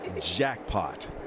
jackpot